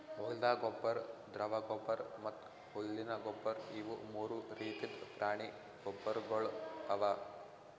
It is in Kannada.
ಹೊಲ್ದ ಗೊಬ್ಬರ್, ದ್ರವ ಗೊಬ್ಬರ್ ಮತ್ತ್ ಹುಲ್ಲಿನ ಗೊಬ್ಬರ್ ಇವು ಮೂರು ರೀತಿದ್ ಪ್ರಾಣಿ ಗೊಬ್ಬರ್ಗೊಳ್ ಅವಾ